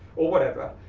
or whatever.